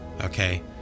okay